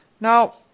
Now